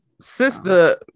sister